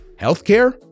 Healthcare